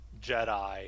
Jedi